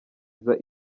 iza